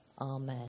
Amen